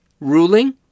Ruling